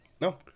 No